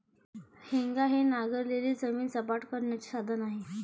हेंगा हे नांगरलेली जमीन सपाट करण्याचे साधन आहे